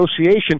Association